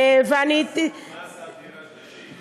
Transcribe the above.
מס על דירה שלישית.